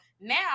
Now